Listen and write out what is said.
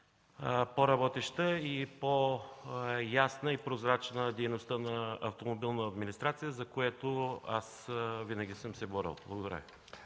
по-работеща, по-ясна и прозрачна дейността на „Автомобилна администрация”, за което аз винаги съм се борил. Благодаря